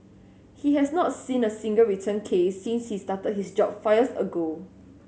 he has not seen a single return case since he started his job fires ago